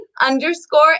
underscore